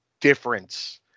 difference